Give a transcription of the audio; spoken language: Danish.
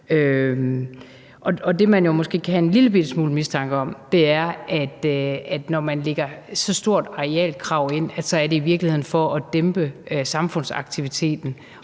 Det, man måske kan have en lillebitte smule mistanke om, er, at når man lægger så stort et arealkrav ind, er det i virkeligheden for at dæmpe samfundsaktiviteten,